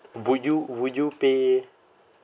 would you would you pay